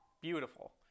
beautiful